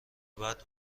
بعد